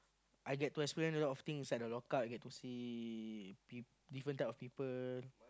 I get to experience a lot of things inside the lock up I get to see peop~ different type of people